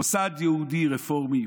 מוסד יהודי רפורמי,